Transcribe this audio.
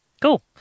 Cool